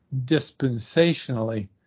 dispensationally